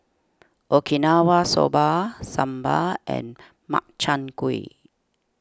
Okinawa Soba Sambar and Makchang Gui